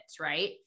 right